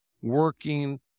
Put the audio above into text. working